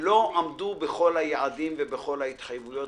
לא עמדו בכל היעדים ובכל ההתחייבויות.